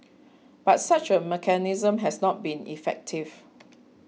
but such a mechanism has not been effective